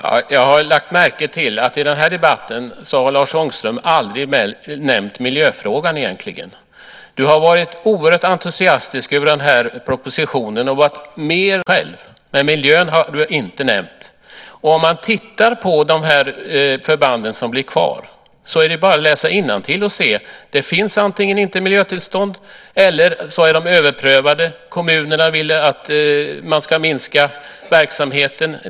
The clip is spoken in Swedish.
Herr talman! Jag har lagt märke till att i den här debatten har Lars Ångström aldrig nämnt miljöfrågan. Du har varit oerhört entusiastisk över den här propositionen. Du har varit mer förespråkare och mer entusiastisk för den än regeringen själv, men miljön har du inte nämnt. När det gäller de förband som blir kvar kan man läsa innantill och se att det antingen inte finns miljötillstånd eller också är de överprövade. Kommunerna vill att man ska minska verksamheten.